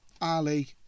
Ali